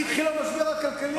כשהתחיל המשבר הכלכלי,